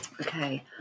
Okay